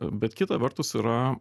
bet kita vertus yra